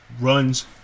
runs